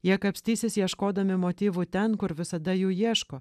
jie kapstysis ieškodami motyvų ten kur visada jų ieško